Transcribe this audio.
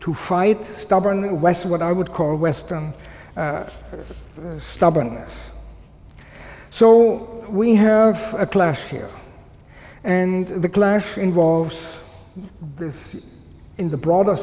to fight stubbornly west of what i would call western stubbornness so we have a clash here and the clash involved there is in the broader